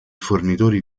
fornitori